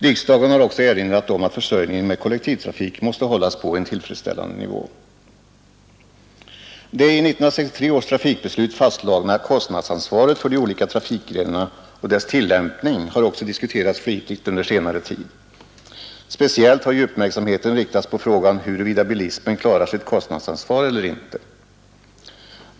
Riksdagen har också erinrat om att försörjningen med kollektivtrafik måste hållas på en tillfredsställande nivå. Det i 1963 års trafikbeslut fastslagna kostnadsansvaret för de olika trafikgrenarna och dess tillämpning har också diskuterats flitigt under senare tid. Speciellt har uppmärksamheten riktats på frågan huruvida bilismen klarar sitt kostnadsansvar eller inte.